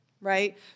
right